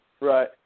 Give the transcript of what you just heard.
Right